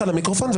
מדבר למיקרופון.